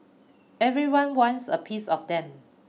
everyone wants a piece of them